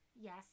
Yes